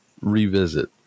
revisit